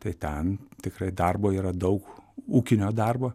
tai ten tikrai darbo yra daug ūkinio darbo